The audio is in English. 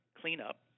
cleanup